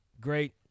Great